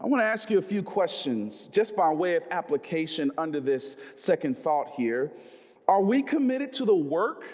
i want to ask you a few questions just by way of application under this second thought here are we committed to the work?